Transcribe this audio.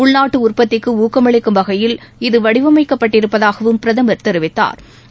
உள்நாட்டு உற்பத்திக்கு ஊக்கமளிக்கும் வகையில் இது வடிவமைக்கப்பட்டிருப்பதாகவும் பிரதமர் தெரிவித்தாா்